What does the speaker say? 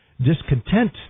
discontent